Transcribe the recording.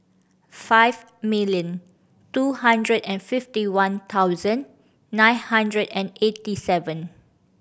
five million two hundred and fifty one thousand nine hundred and eighty seven